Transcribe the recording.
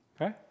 okay